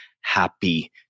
happy